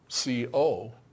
CO